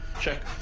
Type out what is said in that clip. check!